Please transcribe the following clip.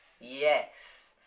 Yes